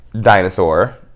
dinosaur